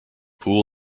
pool